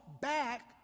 back